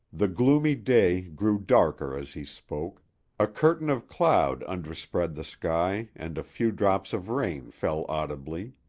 the gloomy day grew darker as he spoke a curtain of cloud underspread the sky and a few drops of rain fell audibly.